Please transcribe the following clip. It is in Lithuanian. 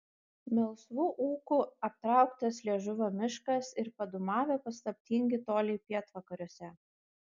melsvu ūku aptrauktas liežuvio miškas ir padūmavę paslaptingi toliai pietvakariuose